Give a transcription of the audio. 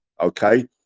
okay